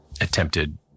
attempted